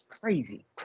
Crazy